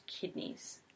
kidneys